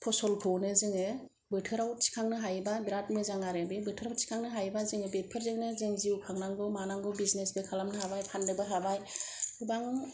फसलखौनो जोङो बोथोराव थिखांनो हायोबा बेराद मोजां आरो बे बोथोराव थिखांनो हायोबा जोङो बेफोरजोंनो जोंनि जिउ खांनांगौ मानांगौ बिजनेसबो खालामनो हाबाय फाननोबो हाबाय गोबां